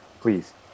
please